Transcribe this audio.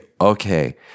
okay